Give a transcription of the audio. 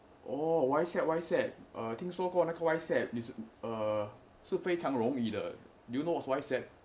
oh Whysapp Whysapp 听说过那个 Whysapp 是非常容易的:shi fei chang rongyong yi de do you know what is Whysapp